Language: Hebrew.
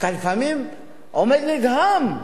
אתה לפעמים עומד נדהם.